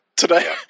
Today